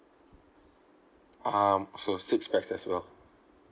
um for six pax as well